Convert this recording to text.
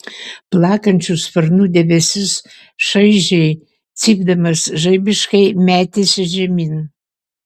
plakančių sparnų debesis šaižiai cypdamas žaibiškai metėsi žemyn